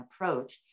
approach